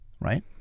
right